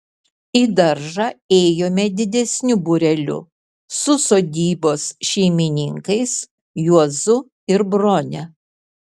į daržą ėjome didesniu būreliu su sodybos šeimininkais juozu ir brone